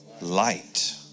Light